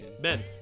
Ben